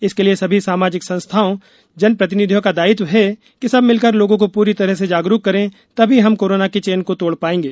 इसके लिये सभी सामाजिक संस्थाओं जनप्रतिनिधियों का दायित्व है कि सब मिलकर लोगों को पूरी तरह से जागरूक करें तभी हम कोरोना की चैन को तोड़ पायेंगे